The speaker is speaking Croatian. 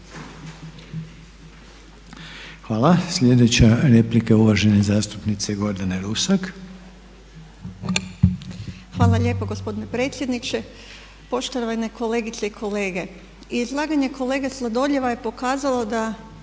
Hvala. Slijedeća replika je uvažene zastupnice Gordane Rusak. **Rusak, Gordana (Nezavisni)** Hvala lijepa gospodine predsjedniče. Poštovane kolegice i kolege, izlaganje kolege Sladoljeva je pokazalo da